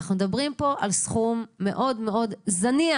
אנחנו מדברים פה על סכום מאוד מאוד זניח